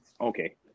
Okay